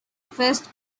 first